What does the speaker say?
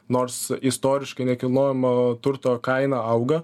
nors istoriškai nekilnojamo turto kaina auga